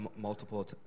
multiple